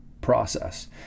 process